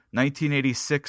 1986